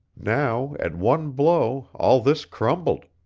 now at one blow all this crumbled.